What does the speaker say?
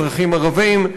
אזרחים ערבים,